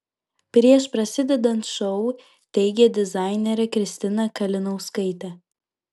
prieš prasidedant šou teigė dizainerė kristina kalinauskaitė